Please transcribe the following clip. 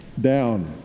Down